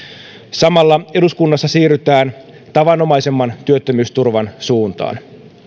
samalla eduskunnassa siirrytään tavanomaisemman työttömyysturvan suuntaan